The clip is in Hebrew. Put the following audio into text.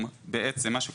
אני מבין מה הוא מציע